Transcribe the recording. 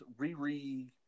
Riri